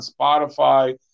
Spotify